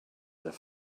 their